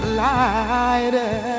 lighter